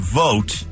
vote